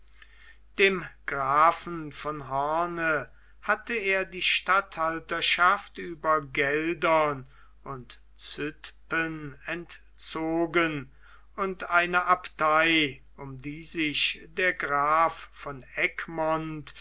dem grafen von hoorn hatte er die statthalterschaft über gelder und zütphen entzogen und eine abtei um die sich der graf von